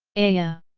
aiya!